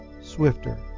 swifter